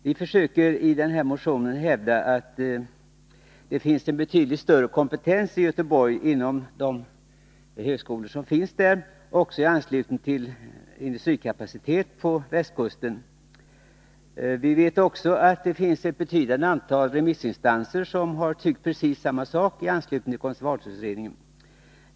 Vi försöker i denna motion hävda att det finns en betydligt större kompetens i Göteborg, inom de högskolor som finns där och i anslutning till industrikapacitet på västkusten. Vi vet också att ett betydande antal remissinstanser i anslutning till konservatorsutredningen tycker precis samma sak.